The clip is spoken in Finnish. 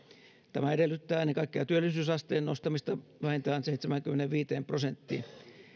tämä edellyttää ennen kaikkea työllisyysasteen nostamista vähintään seitsemäänkymmeneenviiteen prosenttiin